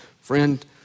Friend